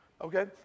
Okay